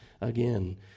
again